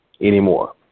anymore